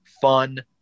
fun